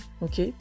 Ok